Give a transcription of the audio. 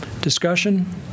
Discussion